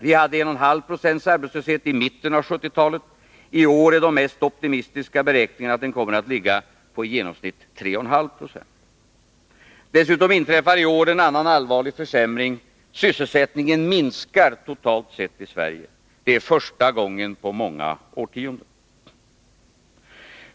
Vi hade 1 1 2 2. Dessutom inträffar i år en annan allvarlig försämring: sysselsättningen minskar totalt sett i Sverige. Det är första gången på många årtionden.